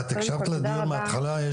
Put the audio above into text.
את הקשבת לדיון מההתחלה?